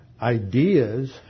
ideas